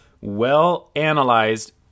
well-analyzed